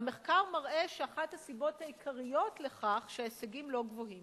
והמחקר מראה שאחת הסיבות העיקריות לכך שההישגים לא גבוהים